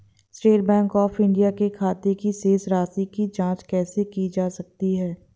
State Bank of India के खाते की शेष राशि की जॉंच कैसे की जा सकती है?